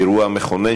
אירוע מכונן,